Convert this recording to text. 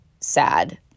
sad